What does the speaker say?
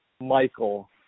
Michael